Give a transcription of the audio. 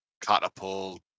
Catapult